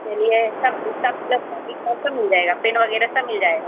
चलिए सब सब सब मिल जाएगा पेन वग़ैरह सब मिल जाएगी